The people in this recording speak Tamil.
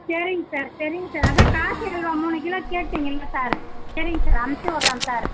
சரிங் சார் சரிங் சார் அதான் காசி அல்வா மூணு கிலோ கேட்டிங்கில்ல சார் சரிங் சார் அமுச்சிவிட்றன் சார்